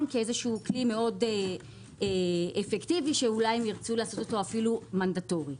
ככלי אפקטיבי שאולי ירצו לעשות אותו אפילו מנדטורי.